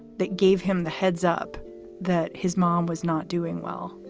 that gave him the heads up that his mom was not doing well?